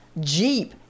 Jeep